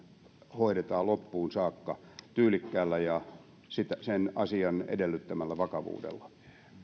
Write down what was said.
hoidetaan loppuun saakka tyylikkäällä ja asian edellyttämällä vakavuudella